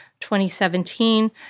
2017